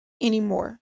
anymore